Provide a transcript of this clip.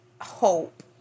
Hope